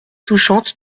touchante